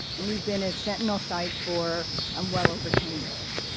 and we've been at sentinel site for um well over ten years.